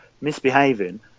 misbehaving